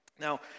Now